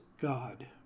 God